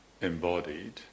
embodied